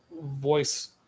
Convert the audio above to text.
voice